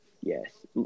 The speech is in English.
Yes